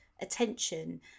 attention